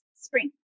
spring